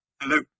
Hello